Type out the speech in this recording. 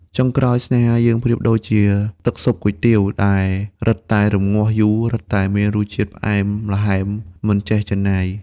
ចុងក្រោយ ស្នេហាយើងប្រៀបដូចជាទឹកស៊ុបគុយទាវ ដែលរិតតែរំងាស់យូរ រិតតែមានរសជាតិផ្អែមល្ហែមមិនចេះជិនណាយ។